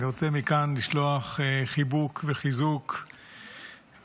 אני רוצה מכאן לשלוח חיבוק וחיזוק והשתתפות.